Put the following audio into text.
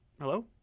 Hello